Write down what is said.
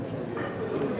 לא,